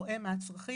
רואה מה הצרכים,